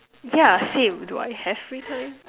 yeah same do I have free time